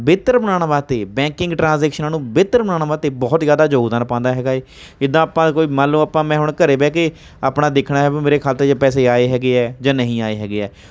ਬਿਹਤਰ ਬਣਾਉਣ ਵਾਸਤੇ ਬੈਂਕਿੰਗ ਟਰਾਂਜੈਕਸ਼ਨਾਂ ਨੂੰ ਬਿਹਤਰ ਬਣਾਉਣ ਵਾਸਤੇ ਬਹੁਤ ਜ਼ਿਆਦਾ ਯੋਗਦਾਨ ਪਾਉਂਦਾ ਹੈਗਾ ਹੈ ਇੱਦਾਂ ਆਪਾਂ ਕੋਈ ਮੰਨ ਲਉ ਆਪਾਂ ਮੈਂ ਹੁਣ ਘਰ ਬਹਿ ਕੇ ਆਪਣਾ ਦੇਖਣਾ ਹੈ ਵੀ ਮੇਰੇ ਖਾਤੇ 'ਚ ਪੈਸੇ ਆਏ ਹੈਗੇ ਆ ਜਾਂ ਨਹੀਂ ਆਏ ਹੈਗੇ ਹੈ